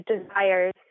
desires